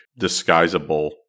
disguisable